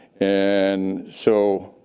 and so